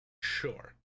sure